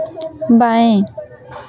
बाएँ